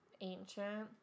Ancient